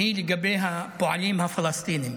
היא הפועלים הפלסטינים.